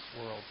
world